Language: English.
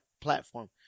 platform